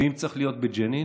אם צריך להיות בג'נין,